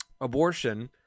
abortion